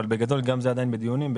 אבל בגדול גם זה עדיין בדיונים.